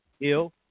ill